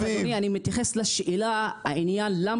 שוב אדוני אני מתייחס לשאלה לעניין למה